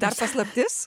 dar paslaptis